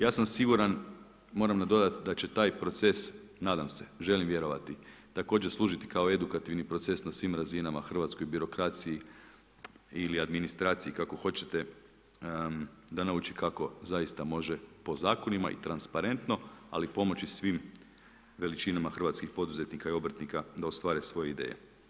Ja sam siguran, moram nadodati da će taj proces, nadam se, želim vjerovati također služiti kao edukativni proces na svim razinama hrvatskoj birokraciji ili administraciji kako hoćete da nauči kako zaista može po zakonima i transparentno ali pomoći svim veličinama hrvatskih poduzetnika i obrtnika da ostvare svoje ideje.